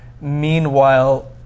Meanwhile